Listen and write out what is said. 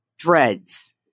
threads